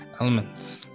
elements